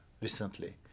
recently